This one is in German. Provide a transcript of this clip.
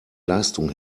leistung